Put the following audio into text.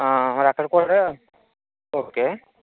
మరక్కడ కూడా ఓకే